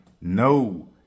No